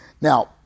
Now